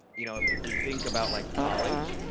you know, if if we think about like college,